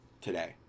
today